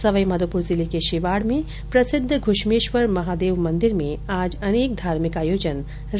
सवाईमाघोपुर जिले के शिवाड में प्रसिद्ध घूश्मेश्वर महादेव मंदिर में आज अनेक धार्मिक आयोजन रखे गये है